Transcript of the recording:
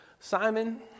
Simon